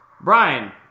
Brian